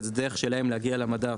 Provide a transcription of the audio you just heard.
זו הדרך שלהם להגיע למדף.